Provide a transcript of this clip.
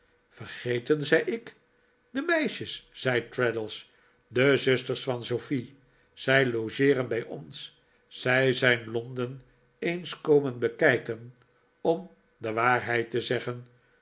vergeten zei ik de meisjes zei traddles de zusters van sofie zij logeeren bij ons zij zijn londen eens komen bekijken om de waarheid te zeggen